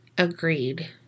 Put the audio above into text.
Agreed